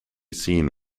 seen